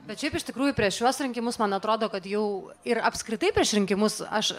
bet šiaip iš tikrųjų prieš šiuos rinkimus man atrodo kad jau ir apskritai prieš rinkimus aš